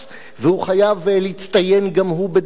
והוא חייב להצטיין גם הוא בדרכו.